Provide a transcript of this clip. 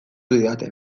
didate